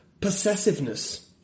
possessiveness